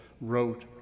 wrote